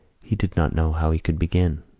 he did not know how he could begin.